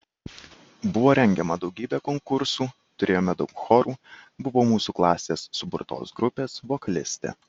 buvo rengiama daugybė konkursų turėjome daug chorų buvau mūsų klasės suburtos grupės vokalistė